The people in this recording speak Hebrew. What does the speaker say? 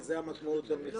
כי זאת המשמעות של מכסות.